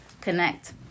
connect